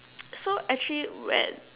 so actually when